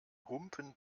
humpen